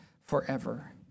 forever